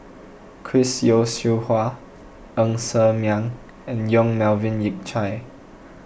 Chris Yeo Siew Hua Ng Ser Miang and Yong Melvin Yik Chye